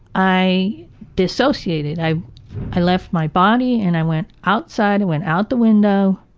i dissociated. i i left my body and i went outside, went out the window,